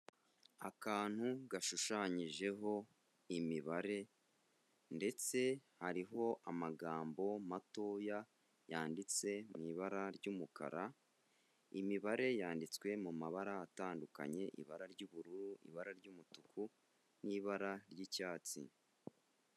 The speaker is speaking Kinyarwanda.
Akantu gashushanyijeho imibare ndetse hariho amagambo matoya yanditse mu ibara ry'umukara, imibare yanditswe mu mabara atandukanye, ibara ry'ubururu, ibara ry'umutuku n'ibara ry'icyatsi.